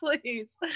please